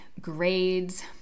grades